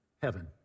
Heaven